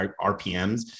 RPMs